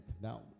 Now